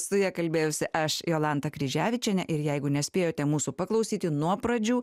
su ja kalbėjausi aš jolanta kryževičienė ir jeigu nespėjote mūsų paklausyti nuo pradžių